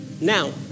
Now